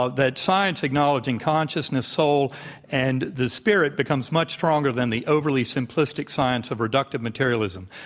ah that science acknowledging consciousness, soul and the spirit becomes much stronger than the overly simplistic science of reductive materialism.